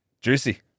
juicy